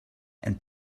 and